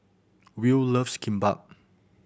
Will loves Kimbap